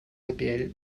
apl